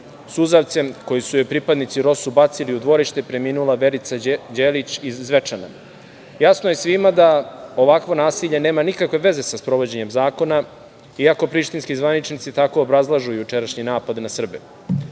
suzavcem koji su joj pripadnici ROSU bacili u dvorište, preminula Verica Đelić iz Zvečana. Jasno je svima da ovakvo nasilje nema nikakve veze sa sprovođenjem zakona, iako prištinski zvaničnici tako obrazlažu jučerašnji napad na Srbe.